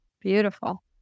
Beautiful